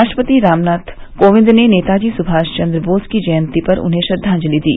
राष्ट्रपति रामनाथ कोविंद ने नेताजी सुभाष चन्द बोस की जयंती पर उन्हें श्रद्वांजलि दी